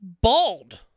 bald